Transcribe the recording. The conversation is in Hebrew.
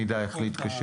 אם נצטרך נדע איך להתקשר.